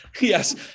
yes